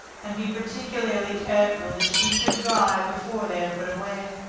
and be particularly careful, that sheets are dry before they are put away.